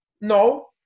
No